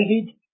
David